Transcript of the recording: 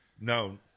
No